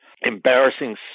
embarrassing